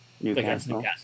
Newcastle